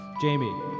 Jamie